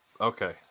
Okay